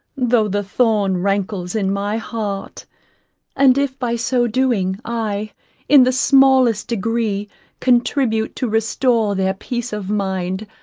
though the thorn rankles in my heart and if by so doing, i in the smallest degree contribute to restore their peace of mind,